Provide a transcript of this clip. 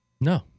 No